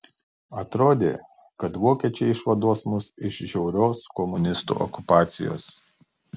atrodė kad vokiečiai išvaduos mus iš žiaurios komunistų okupacijos